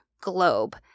globe